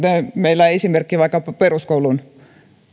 meillä on esimerkki vaikkapa peruskoulun